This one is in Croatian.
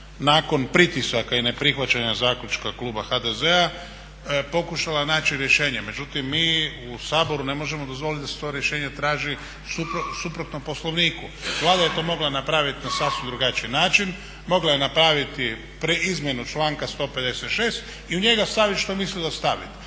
nakon pritisaka i neprihvaćanja zaključka kluba HDZ-a pokušala naći rješenje. Međutim, mi u Saboru ne možemo dozvoliti da se to rješenje traži suprotno Poslovniku. Vlada je to mogla napraviti na sasvim drugačiji način. Mogla je napraviti preizmjenu članka 156. i u njega staviti što je mislila staviti